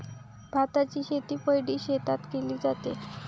भाताची शेती पैडी शेतात केले जाते